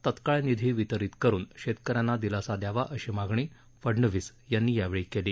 तत्काळ निधी वितरित करुन शेतकऱ्यांना दिलासा द्यावा अशी मागणी फडनवीस यांनी यावेळी केली